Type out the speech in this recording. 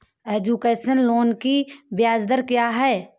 Education loan की ब्याज दर क्या है?